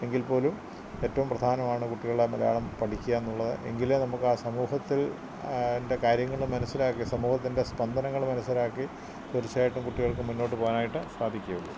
എങ്കിൽപ്പോലും ഏറ്റവും പ്രധാനമാണ് കുട്ടികള് മലയാളം പഠിക്കുക എന്നുള്ളത് എങ്കിലേ നമുക്ക് ആ സമൂഹത്തിൽ ഇന്റെ കാര്യങ്ങള് മനസിലാക്കി സമൂഹത്തിന്റെ സ്പന്ദനങ്ങള് മനസ്സിലാക്കി തീർച്ചയായിട്ടും കുട്ടികൾക്ക് മുന്നോട്ട് പോകാനായിട്ട് സാധിക്കയുള്ളൂ